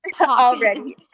Already